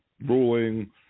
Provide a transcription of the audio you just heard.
ruling